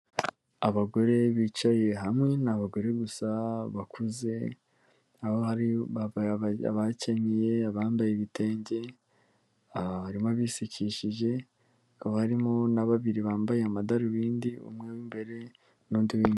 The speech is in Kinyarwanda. Abagore bicaye hamwe nabagore gusa bakuze bakenyeye abambaye ibitenge bari bisukishije abamu na babiri bambaye amadarubindi umwe imbere n'undi w'inyuma.